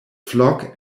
flock